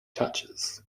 touches